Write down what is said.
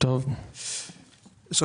מי בעד